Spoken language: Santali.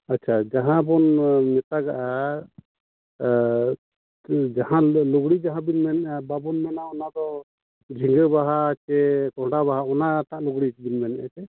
ᱟᱪᱪᱷᱟ ᱡᱟᱦᱟᱸ ᱵᱚᱱ ᱢᱮᱛᱟᱜᱟᱜᱼᱟ ᱡᱟᱦᱟᱸ ᱞᱩᱜᱽᱲᱤ ᱡᱟᱦᱟᱸ ᱵᱮᱱ ᱢᱮᱱᱮᱫᱼᱟ ᱵᱟᱵᱚᱱ ᱢᱮᱱᱟ ᱚᱱᱟᱫᱚ ᱡᱷᱤᱜᱟᱹ ᱵᱟᱦᱟ ᱥᱮ ᱠᱚᱱᱰᱷᱟ ᱵᱟᱦᱟ ᱚᱱᱟ ᱴᱟᱜ ᱞᱩᱜᱽᱲᱤ ᱵᱮᱱ ᱢᱮᱱᱮᱫᱼᱟ ᱥᱮ